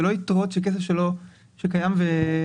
זה לא יתרות של כסף שקיים ונותר,